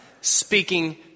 speaking